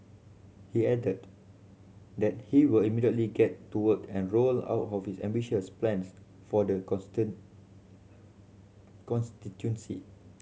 he added that he will immediately get to work and roll out his ambitious plans for the constituency